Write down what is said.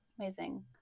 Amazing